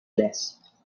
less